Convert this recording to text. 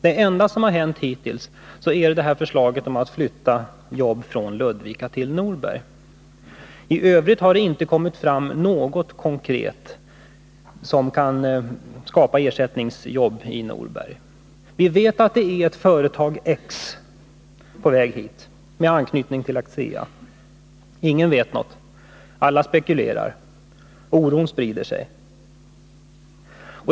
Det enda som hittills har hänt är att det har framlagts ett förslag om att flytta jobb från Ludvika till Norberg. I övrigt har det inte kommit fram något konkret förslag som kan skapa ersättningsjobb i Norberg. Vi vet att ett företag X med anknytning till ASEA är på väg till Norberg. Men ingen vet någonting mer. Alla spekulerar, och oron sprider sig.